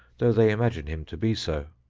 though they imagine him to be so.